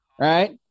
right